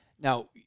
Now